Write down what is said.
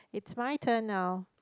it's my turn now